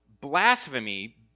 blasphemy